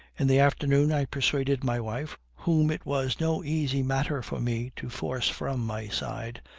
in the afternoon i persuaded my wife whom it was no easy matter for me to force from my side,